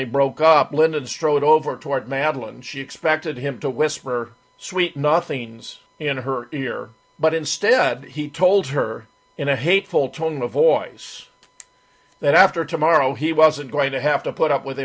they broke up lyndon strode over toward madeline and she expected him to whisper sweet nothings in her ear but instead he told her in a hateful tone of voice that after tomorrow he wasn't going to have to put up with